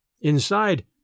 Inside